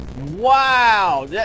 Wow